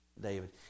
David